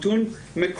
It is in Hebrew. הוא טיעון מקומם,